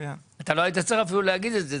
אפילו לא היית צריך להגיד את זה.